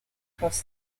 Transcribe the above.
across